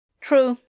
True